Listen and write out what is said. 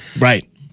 Right